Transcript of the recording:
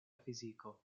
fiziko